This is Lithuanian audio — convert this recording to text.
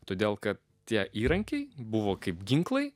todėl kad tie įrankiai buvo kaip ginklai